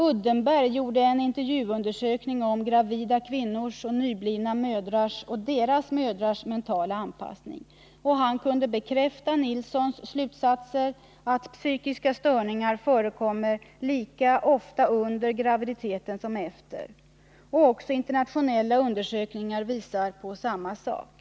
Uddenberg gjorde en intervjuundersökning om gravida kvinnors och nyblivna mödrars och deras mödrars mentala anpassning. Han kunde bekräfta slutsatsen att psykiska störningar förekommer lika ofta under graviditeten som efter. Också internationella undersökningar visar samma sak.